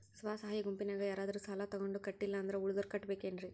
ಸ್ವ ಸಹಾಯ ಗುಂಪಿನ್ಯಾಗ ಯಾರಾದ್ರೂ ಸಾಲ ತಗೊಂಡು ಕಟ್ಟಿಲ್ಲ ಅಂದ್ರ ಉಳದೋರ್ ಕಟ್ಟಬೇಕೇನ್ರಿ?